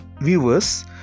viewers